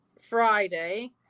Friday